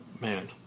Man